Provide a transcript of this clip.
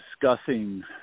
discussing